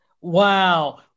wow